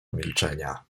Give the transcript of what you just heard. milczenia